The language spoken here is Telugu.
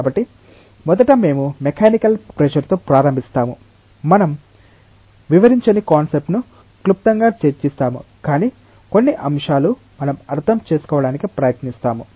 కాబట్టి మొదట మేము మెకానికల్ ప్రెషర్ తో ప్రారంభిస్తాము మనం వివరించని కాన్సెప్ట్ ను క్లుప్తంగా చర్చిస్తాము కాని కొన్ని అంశాలు మనం అర్థం చేసుకోవడానికి ప్రయత్నిస్తాము